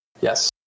Yes